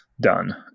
done